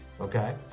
Okay